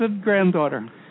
granddaughter